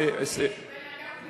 זה לא יכול